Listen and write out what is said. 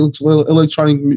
electronic